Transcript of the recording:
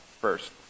first